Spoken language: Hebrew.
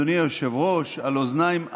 אדוני היושב-ראש, על אוזניים ערלות,